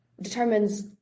determines